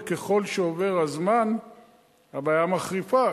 וככל שעובר הזמן הבעיה מחריפה,